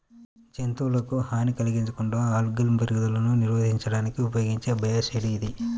జంతువులకు హాని కలిగించకుండా ఆల్గల్ పెరుగుదలను నిరోధించడానికి ఉపయోగించే బయోసైడ్ ఇది